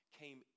came